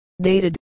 Dated